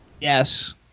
Yes